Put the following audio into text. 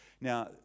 Now